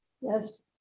Yes